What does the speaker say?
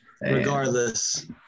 Regardless